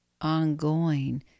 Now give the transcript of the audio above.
ongoing